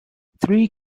three